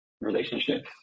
relationships